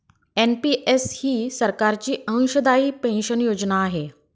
NPS ही सरकारची अंशदायी पेन्शन योजना आहे